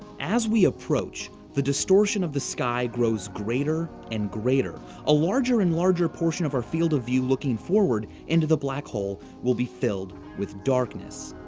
as we approach, the distortion of the sky grows greater and greater. a larger and larger portion of our field of view looking forward into the black hole will be filled with darkness.